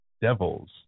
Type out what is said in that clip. devils